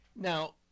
Now